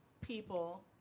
people